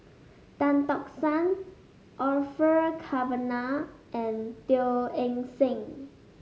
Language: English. Tan Tock San Orfeur Cavenagh and Teo Eng Seng